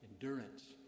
Endurance